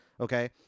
Okay